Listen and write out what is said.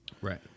Right